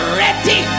ready